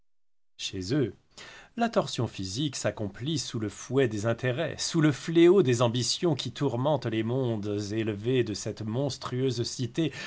chez eux la torsion physique s'accomplit sous le fouet des intérêts sous le fléau des ambitions qui tourmentent les mondes élevés de cette monstrueuse cité